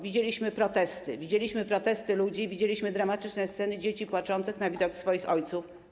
Widzieliśmy protesty, widzieliśmy protesty ludzi, widzieliśmy dramatyczne sceny, dzieci płaczące na widok swoich ojców.